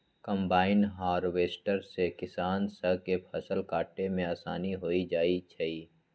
combine harvester से किसान स के फसल काटे में आसानी हो जाई छई